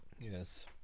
Yes